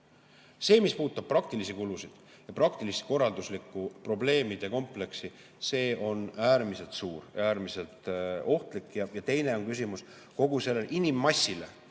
See, mis puudutab praktilisi kulusid ja praktilist korralduslikku probleemide kompleksi, see on äärmiselt suur ja äärmiselt ohtlik. Teine küsimus on, et kogu see inimmass,